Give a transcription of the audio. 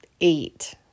eight